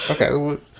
Okay